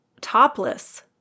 topless